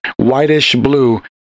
whitish-blue